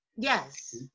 Yes